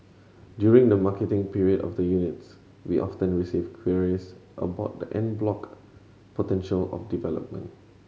during the marketing period of the units we often receive queries about the en bloc potential of development